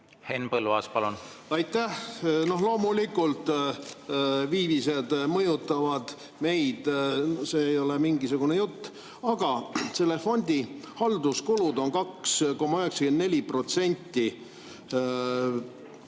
Henn Põlluaas, palun! Aitäh! Loomulikult viivised mõjutavad meid, see ei olnud teil mingisugune jutt. Aga selle fondi halduskulud on 2,94%,